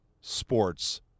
sports